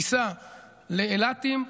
טיסה לאילתים,